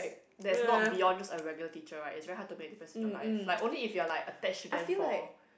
that's not beyond just a regular teacher right is very hard to make difference in your life like only if you are like attach to them for